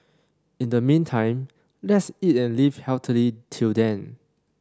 in the meantime let's eat and live healthily till then